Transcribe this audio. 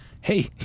hey